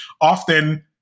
Often